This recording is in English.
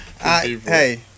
Hey